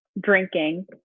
drinking